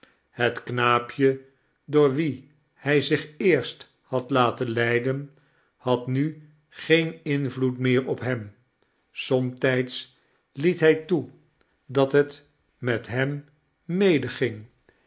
het knaapje door wien hij zich eerst had laten leiden had nu geen invloed meer op hem somtijds liet hij toe dat het met hem medeging